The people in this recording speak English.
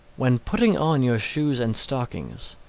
when putting on your shoes and stockings,